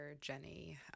Jenny